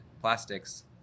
plastics